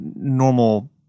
normal